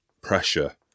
pressure